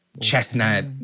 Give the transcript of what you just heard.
chestnut